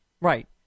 Right